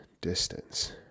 distance